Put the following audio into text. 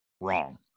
wrong